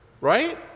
right